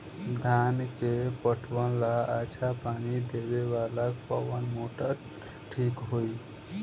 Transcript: धान के पटवन ला अच्छा पानी देवे वाला कवन मोटर ठीक होई?